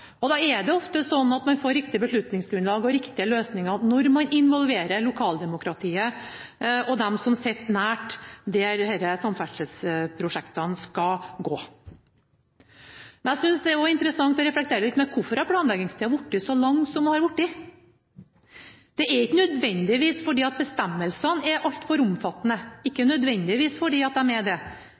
er ofte sånn at man får et riktig beslutningsgrunnlag og riktige løsninger når man involverer lokaldemokratiet og dem som sitter nært der samferdselsprosjektene skal gå. Jeg synes det er interessant å reflektere litt over hvorfor planleggingstida har blitt så lang som den har blitt. Det er ikke nødvendigvis fordi bestemmelsene er altfor omfattende, ikke nødvendigvis, det kan også være fordi